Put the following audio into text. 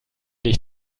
ich